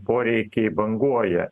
poreikiai banguoja